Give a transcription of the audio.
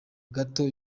gato